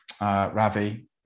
Ravi